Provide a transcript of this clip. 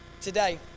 Today